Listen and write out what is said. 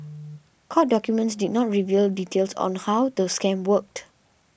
court documents did not reveal details of how the scam worked